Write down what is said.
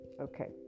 okay